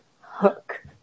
Hook